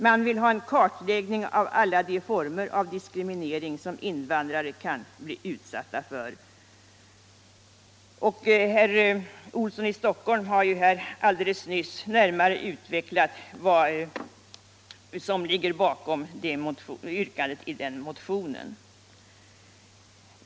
Man vill ha en kartläggning av alla de former av diskriminering som invandrare kan bli utsatta för. Herr Olsson i Stockholm har här alldeles nyss utförligt refererat motionen.